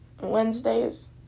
Wednesdays